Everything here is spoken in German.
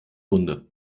wunde